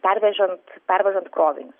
pervežan pervežant krovinius